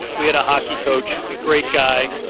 we had a hockey coach, a great guy,